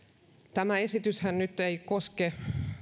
tämä esityshän nyt ei koske